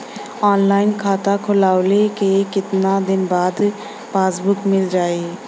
Online खाता खोलवईले के कितना दिन बाद पासबुक मील जाई?